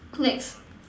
next